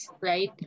right